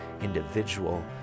individual